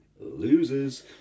Losers